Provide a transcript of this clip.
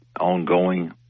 ongoing